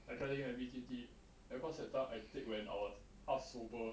I tell you my B_T_T then cause that time I take when I was half sober